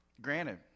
Granted